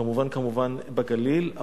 וכמובן כמובן מהגליל.